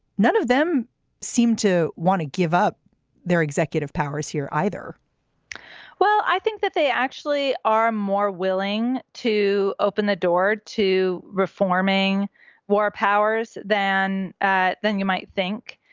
none of them seem to want to give up their executive powers here either well, i think that they actually are more willing to open the door to reforming war powers than than you might think.